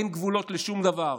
אין גבולות לשום דבר.